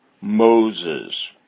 Moses